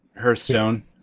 Hearthstone